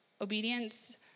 obedience